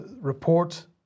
report